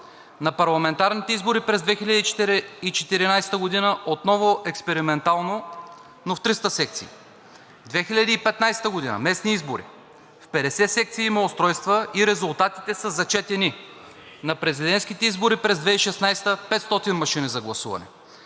на парламентарните избори през 2014 г. отново експериментално, но в 300 секции; 2015 г. – местни избори, в 50 секции има устройства и резултатите са зачетени; на президентските избори през 2016 г. – 500 машини за гласуване;